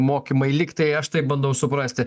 mokymai lyg tai aš tai bandau suprasti